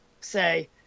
say